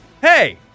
hey